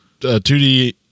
2D